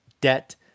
debt